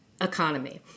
economy